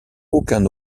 aucun